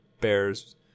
bears